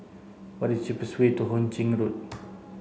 What is cheapest way to Ho Ching Road